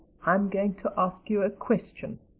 i'm going to ask you a question.